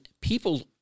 people